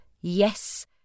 yes